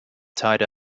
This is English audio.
tied